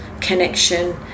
connection